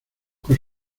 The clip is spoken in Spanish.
con